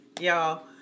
Y'all